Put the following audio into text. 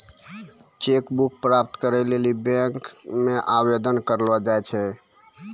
cheque book प्राप्त करै लेली बैंक मे आवेदन करलो जाय छै